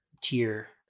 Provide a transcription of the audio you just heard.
tier